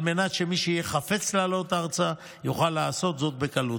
על מנת שמי שיחפוץ לעלות ארצה יוכל לעשות זאת בקלות.